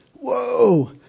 Whoa